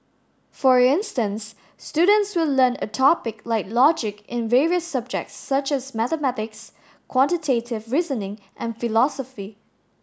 for instance students would learn a topic like logic in various subjects such as mathematics quantitative reasoning and philosophy